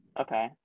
Okay